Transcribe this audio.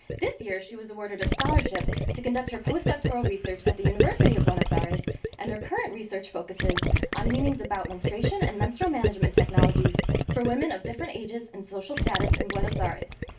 this year year she was awarded a scholarship to conduct her postdoctoral research at the university of buenos aires and her current research focuses on meanings about menstruation and menstrual management technologies for women of different ages and social status in buenos ah aires.